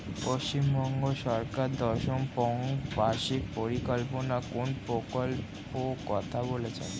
পশ্চিমবঙ্গ সরকার দশম পঞ্চ বার্ষিক পরিকল্পনা কোন প্রকল্প কথা বলেছেন?